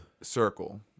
circle